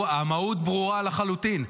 המהות ברורה לחלוטין.